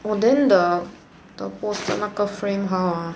oh then the photo 的那个 frame how ah